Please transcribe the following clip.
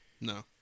No